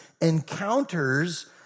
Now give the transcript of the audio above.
encounters